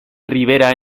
rivera